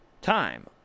time